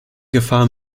gefahr